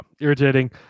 irritating